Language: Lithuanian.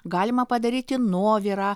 galima padaryti nuovirą